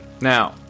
Now